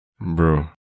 bro